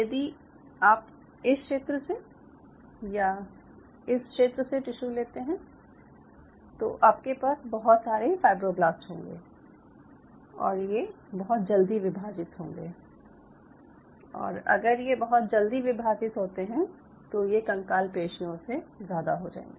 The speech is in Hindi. यदि आप इस क्षेत्र से या इस क्षेत्र से टिश्यू लेते हैं तो आपके पास बहुत सारे फायब्रोब्लास्ट होंगे और ये बहुत जल्दी विभाजित होंगे और अगर ये बहुत जल्दी विभाजित होते हैं तो ये कंकाल पेशियों से ज़्यादा हो जाएंगे